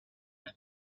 few